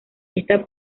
esta